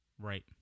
Right